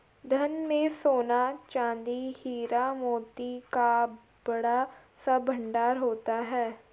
धन में सोना, चांदी, हीरा, मोती का बड़ा सा भंडार होता था